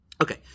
Okay